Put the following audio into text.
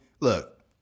look